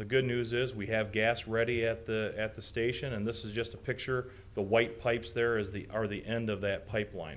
the good news is we have gas ready at the at the station and this is just a picture the white pipes there is the are the end of that pipeline